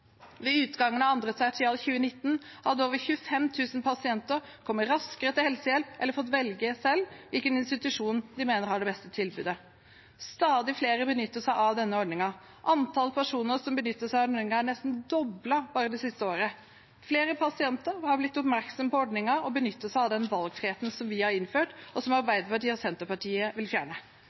Ved utgangen av andre tertial 2019 hadde over 25 000 pasienter kommet raskere til helsehjelp eller fått velge selv hvilken institusjon de mener har det beste tilbudet. Stadig flere benytter seg av denne ordningen. Antall personer som benytter seg av ordningen, er nesten doblet bare det siste året. Flere pasienter har blitt oppmerksom på ordningen og benytter seg av den valgfriheten som vi har innført, og som Arbeiderpartiet og Senterpartiet vil fjerne.